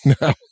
No